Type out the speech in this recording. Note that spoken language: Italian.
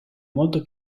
molto